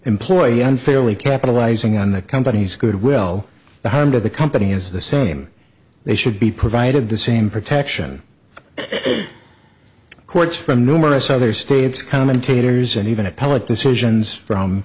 employee unfairly capitalizing on the company's goodwill the harm to the company is the same they should be provided the same protection courts from numerous other states commentators and even appellate decisions from